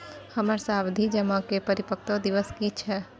हमर सावधि जमा के परिपक्वता दिवस की छियै?